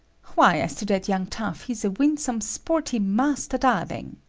why, as to that young tough, he is a winsome, sporty master darling.